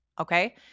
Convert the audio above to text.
Okay